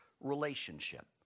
relationship